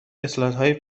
اسلایدهای